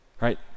right